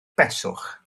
beswch